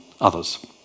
others